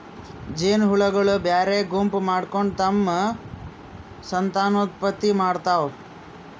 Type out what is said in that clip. ಜೇನಹುಳಗೊಳ್ ಬ್ಯಾರೆ ಗುಂಪ್ ಮಾಡ್ಕೊಂಡ್ ತಮ್ಮ್ ಸಂತಾನೋತ್ಪತ್ತಿ ಮಾಡ್ತಾವ್